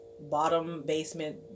bottom-basement